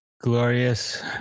glorious